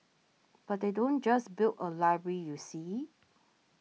but they don't just build a library you see